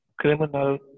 criminal